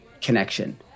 connection